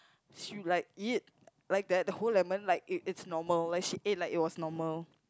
she'll like eat like that whole lemon like it is normal like she ate like it was normal